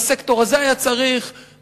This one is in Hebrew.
והסקטור הזה היה צריך,